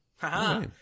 Haha